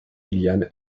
william